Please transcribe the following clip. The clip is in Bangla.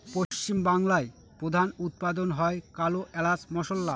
পশ্চিম বাংলায় প্রধান উৎপাদন হয় কালো এলাচ মসলা